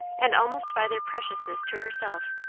and almost by their preciousness to herself,